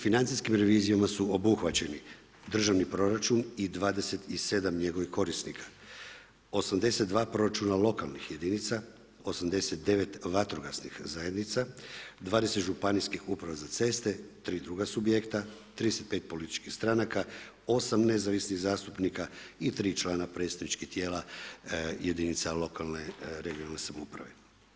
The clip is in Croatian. Financijskim revizijama su obuhvaćeni državni proračun i 27 njegovih korisnika, 82 proračuna lokalnih jedinica, 89 vatrogasnih zajednica, 20 županijskih uprava za ceste, 3 druga subjekta, 35 političkih stranaka, 8 nezavisnih zastupnika i 3 člana predstavničkih tijela jedinica lokalne i regionalne samouprave.